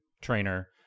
trainer